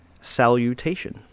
salutation